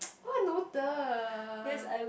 what noted